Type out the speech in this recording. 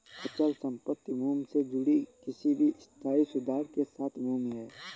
अचल संपत्ति भूमि से जुड़ी किसी भी स्थायी सुधार के साथ भूमि है